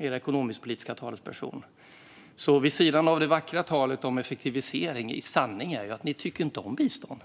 er ekonomisk-politiske talesperson, sa att han inte skulle gråta om man lade ned Sida. Så vid sidan av det vackra talet om effektivisering är sanningen att ni inte tycker om bistånd.